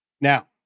Now